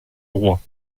roi